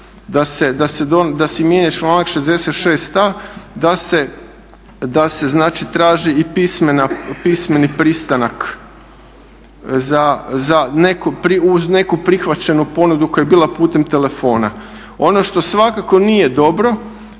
da se mijenja članak 66.a da se znači traži i pismeni pristanak za neku prihvaćenu ponudu koja je bila putem telefona. Ono što svakako nije dobro,